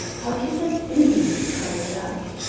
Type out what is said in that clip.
how can that be? cried jack.